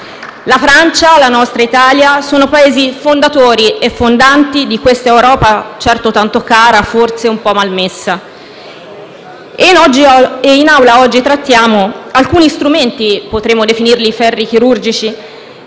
La Francia e la nostra Italia sono Paesi fondatori e fondanti di questa Europa, certo tanto cara e forse un po' malmessa. In Aula oggi esaminiamo alcuni strumenti (potremmo definirli ferri chirurgici)